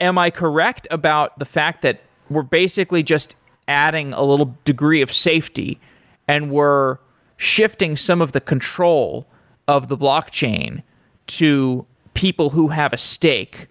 am i correct about the fact that we're basically just adding a little degree of safety and we're shifting some of the control of the blockchain to people who have a stake